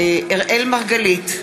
בהצבעה אראל מרגלית,